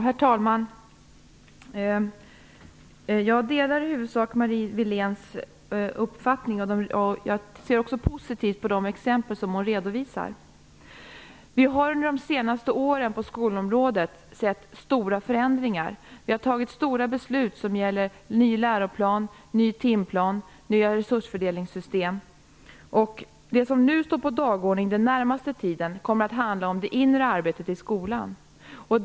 Herr talman! Jag delar i huvudsak Marie Wiléns uppfattning. Jag ser också positivt på de exempel som hon redovisar. På skolområdet har vi under de senaste åren sett stora förändringar. Vi har fattat stora beslut som gäller ny läroplan, ny timplan och nya resursfördelningssystem. Det som står på dagordningen den närmaste tiden kommer att handla om det inre arbetet i skolan.